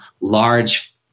large